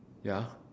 ya